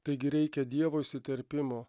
taigi reikia dievo įsiterpimo